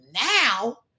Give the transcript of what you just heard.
now